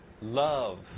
love